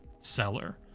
seller